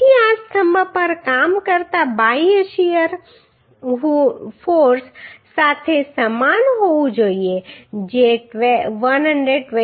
તેથી આ સ્તંભ પર કામ કરતા બાહ્ય શીયર ફોર્સ સાથે સમાન હોવું જોઈએ જે 120 કિલો ન્યૂટન છે